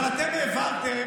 התקנון לא הזיז לכם,